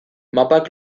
mapak